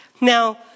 Now